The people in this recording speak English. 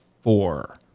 four